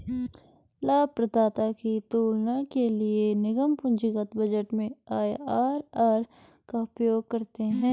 लाभप्रदाता की तुलना के लिए निगम पूंजीगत बजट में आई.आर.आर का उपयोग करते हैं